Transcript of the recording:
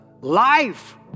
life